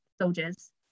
soldiers